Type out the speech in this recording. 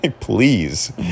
please